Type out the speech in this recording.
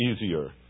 easier